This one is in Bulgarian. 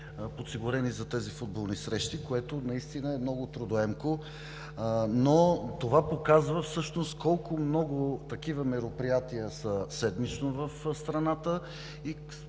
подсигурени за тези футболни срещи, а това наистина е много трудоемко. Но то показва всъщност колко много такива мероприятия са седмично в страната и